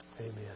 Amen